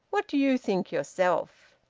what do you think yourself?